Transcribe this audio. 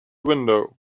window